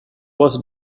was